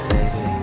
Baby